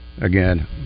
again